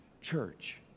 church